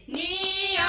ie